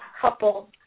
couple –